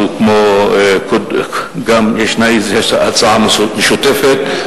כמו הצעה משותפת,